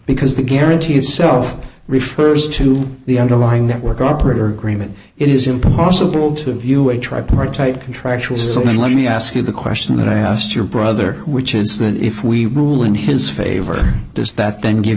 because the guarantee itself refers to the underlying network operator agreement it is impossible to view a tripartite contractual so let me ask you the question that i asked your brother which is that if we rule in his favor